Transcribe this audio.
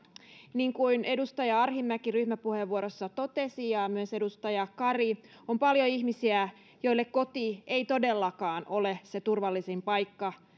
niin kuin edustaja arhinmäki ryhmäpuheenvuorossa totesi ja ja myös edustaja kari on paljon ihmisiä joille koti ei todellakaan ole se turvallisin paikka